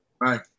Right